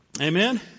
Amen